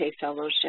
Fellowship